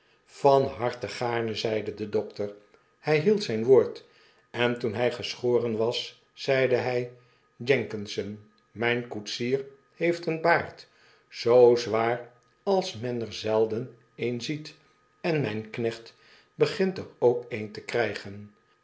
van harte gaarne zeide de dokter hij hield zyn woord en toen hy geschoren was zeide hy jenkinson raijn koetsier heeft een baard zoo zwaar als men er zelden een ziet en myn knecht begint er ook een te krijgen